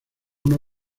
uno